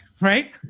right